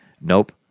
nope